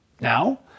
Now